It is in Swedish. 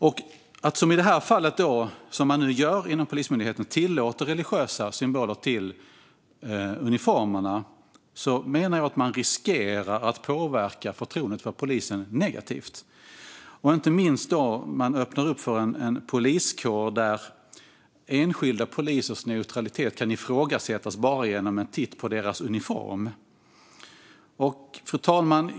När man gör som i det här fallet inom Polismyndigheten och tillåter religiösa symboler till uniformerna menar jag att man riskerar att påverka förtroendet för polisen negativt. Inte minst öppnar man upp för en poliskår där enskilda polisers neutralitet kan ifrågasättas bara genom en titt på deras uniform. Fru talman!